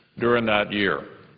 during that year.